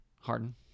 Harden